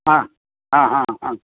ह ह ह ह